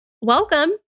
welcome